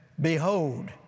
behold